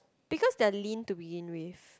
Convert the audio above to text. because they are lean to begin with